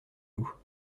nous